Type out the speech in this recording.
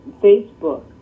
Facebook